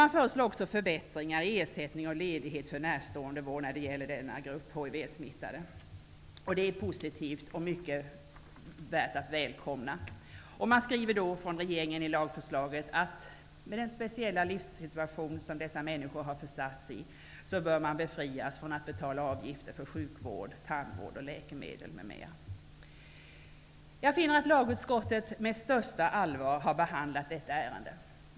Det föreslås också förbättringar i ersättning och ledighet för närståendevård när det gäller denna grupp hivsmittade, vilket är positivt och värt att välkomna. Ersättningen kommer i dessa fall att utges för ett års vårdtid i stället för som nu för 30 dagar, vilket fortfarande skall gälla övriga fall av närståendevård. Regeringen skriver i lagförslaget att man med hänsyn till den mycket speciella livssituationen bör befria denna grupp från att betala avgifter för sjukvård, tandvård och läkemedel. Lagutskottet har med det allra största allvar behandlat detta ärende.